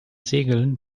segeln